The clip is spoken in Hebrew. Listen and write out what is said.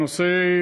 הנושא: